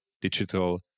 digital